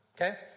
okay